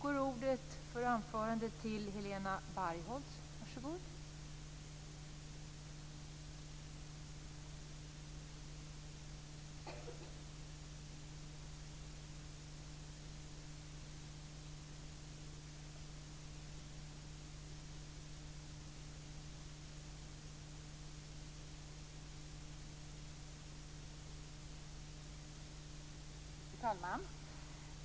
Fru talman!